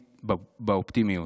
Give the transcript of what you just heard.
באופטימיות: